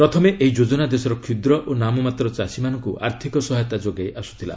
ପ୍ରଥମେ ଏହି ଯୋଜନା ଦେଶର କ୍ଷୁଦ୍ର ଓ ନାମମାତ୍ର ଚାଷୀମାନଙ୍କୁ ଆର୍ଥିକ ସହାୟତା ଯୋଗାଇ ଆସୁଥିଲା